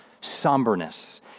somberness